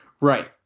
Right